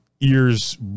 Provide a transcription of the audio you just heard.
ears